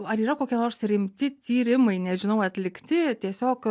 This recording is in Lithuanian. ar yra kokie nors rimti tyrimai nežinau atlikti tiesiog